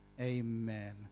Amen